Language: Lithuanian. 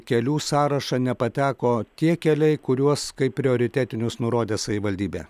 kelių sąrašą nepateko tie keliai kuriuos kaip prioritetinius nurodė savivaldybė